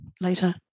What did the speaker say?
later